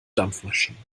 dampfmaschinen